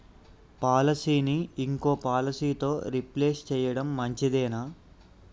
పాలసీని ఇంకో పాలసీతో రీప్లేస్ చేయడం మంచిదేనా?